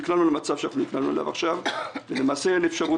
כעת נקלענו למצב הזה ולמעשה אין אפשרות